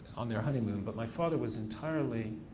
on their honeymoon, but my father was entirely